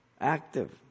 active